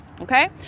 Okay